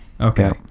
Okay